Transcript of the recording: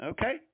Okay